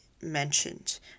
mentioned